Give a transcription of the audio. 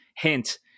hint